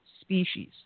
species